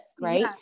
right